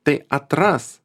tai atras